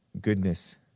goodness